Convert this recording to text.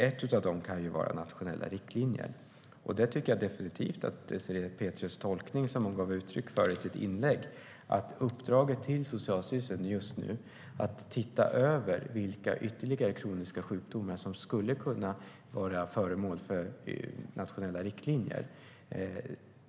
Ett av dessa kunskapsstöd kan vara nationella riktlinjer. Jag tycker definitivt att det var en riktig tolkning som Désirée Pethrus gav uttryck för i sitt inlägg, nämligen att uppdraget till Socialstyrelsen är att se över vilka ytterligare kroniska sjukdomar som skulle kunna vara föremål för nationella riktlinjer.